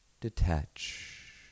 detach